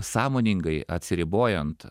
sąmoningai atsiribojant